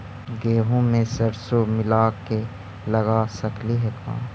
गेहूं मे सरसों मिला के लगा सकली हे का?